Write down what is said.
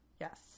Yes